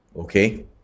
Okay